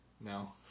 No